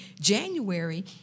January